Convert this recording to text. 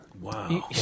Wow